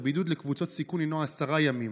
הבידוד לקבוצות סיכון הוא עשרה ימים,